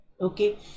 Okay